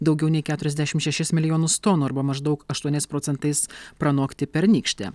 daugiau nei keturiasdešim šešis milijonus tonų arba maždaug aštuoniais procentais pranokti pernykštę